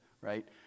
right